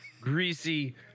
greasy